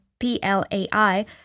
PLAI